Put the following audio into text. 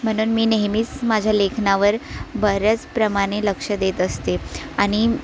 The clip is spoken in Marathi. म्हणून मी नेहमीच माझ्या लेखनावर बऱ्याचप्रमाणे लक्ष देत असते आणि